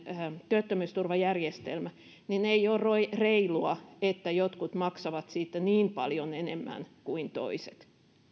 työttömyysturvajärjestelmä niin ei ole reilua että jotkut maksavat siitä niin paljon enemmän kuin toiset